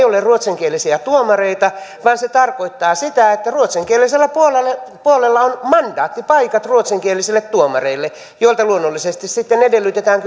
ole ruotsinkielisiä tuomareita vaan se tarkoittaa sitä että ruotsinkielisellä puolella puolella on mandaattipaikat ruotsinkielisille tuomareille joilta luonnollisesti sitten edellytetään